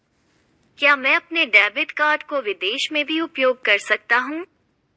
क्या मैं अपने डेबिट कार्ड को विदेश में भी उपयोग कर सकता हूं?